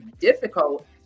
difficult